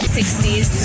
60s